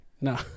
No